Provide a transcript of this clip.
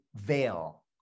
veil